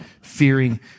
fearing